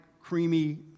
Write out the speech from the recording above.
creamy